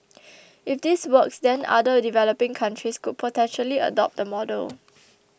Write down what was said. if this works then other developing countries could potentially adopt the model